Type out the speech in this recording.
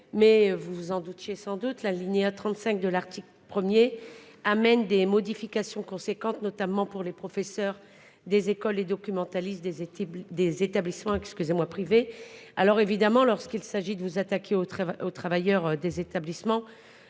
Mais vous vous en doutiez sans doute la alinéa 35 de l'article 1er amène des modifications conséquentes, notamment pour les professeurs des écoles et documentalistes des études des établissements excusez-moi privé alors évidemment lorsqu'il s'agit de vous attaquer au travail aux travailleurs des établissements.